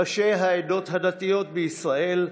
ראשי העדות הדתיות בישראל,